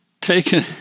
taken